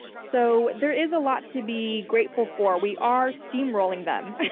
so, there is a lot to be grateful for. we are steamrolling them.